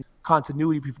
continuity